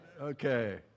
Okay